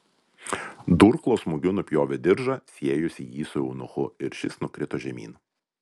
durklo smūgiu nupjovė diržą siejusį jį su eunuchu ir šis nukrito žemyn